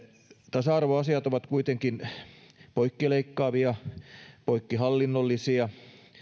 tasa arvoasiat ovat kuitenkin poikkileikkaavia poikkihallinnollisia